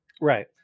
Right